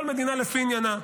כל מדינה לפי עניינה.